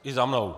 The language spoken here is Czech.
I za mnou!